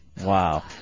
Wow